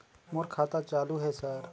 मोर खाता चालु हे सर?